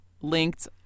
linked